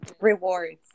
rewards